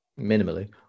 Minimally